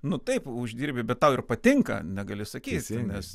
nu taip uždirbi bet tau ir patinka negali sakyt nes